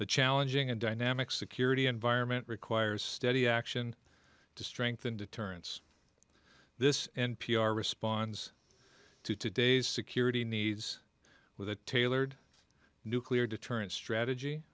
the challenging and dynamic security environment requires steady action to strengthen deterrence this n p r responds to today's security needs with a tailored nuclear deterrence strategy